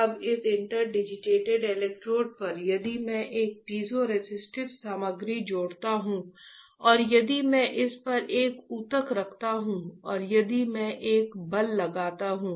अब इस interdigitated electrode पर यदि मैं एक पीज़ोरेसिस्टिव सामग्री जोड़ता हूं और यदि मैं इस पर एक ऊतक रखता हूं और यदि मैं एक बल लगाता हूं